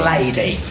Lady